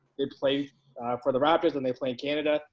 they play for the raptors and they play in canada.